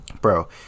bro